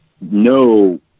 no